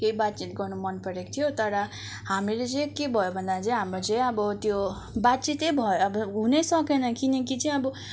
केही बातचित गर्न मन परेको थियो तर हामीले चाहिँ के भयो भन्दा चाहिँ हाम्रो चाहिँ अब त्यो बातचित नै भएन हुनैसकेन किनकि चाहिँ अब